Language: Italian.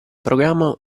programma